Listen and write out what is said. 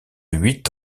huit